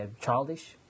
childish